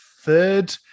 third